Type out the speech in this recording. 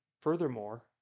Furthermore